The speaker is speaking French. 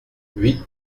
huit